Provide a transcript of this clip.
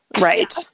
Right